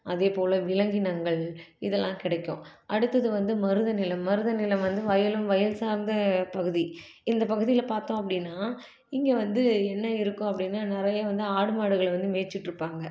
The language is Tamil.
அதேபோல் விலங்கினங்கள் இதெல்லாம் கிடைக்கும் அடுத்தது வந்து மருத நிலம் மருத நிலம் வந்து வயலும் வயல் சார்ந்த பகுதி இந்த பகுதியில் பார்த்தோம் அப்படின்னா இங்கே வந்து என்ன இருக்கும் அப்படின்னா நிறைய வந்து ஆடு மாடுகளை வந்து மேய்ச்சிட்ருப்பாங்க